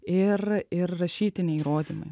ir ir rašytiniai įrodymai